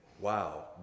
wow